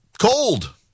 cold